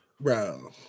Bro